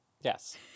Yes